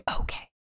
Okay